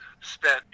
spent